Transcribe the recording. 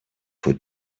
for